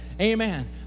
amen